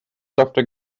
doctor